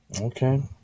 Okay